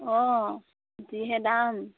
অঁ যিহে দাম